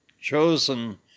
chosen